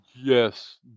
Yes